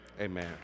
Amen